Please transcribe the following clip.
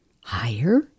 higher